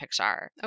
Pixar